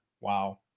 Wow